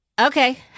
Okay